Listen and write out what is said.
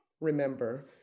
remember